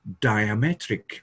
diametric